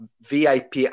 VIP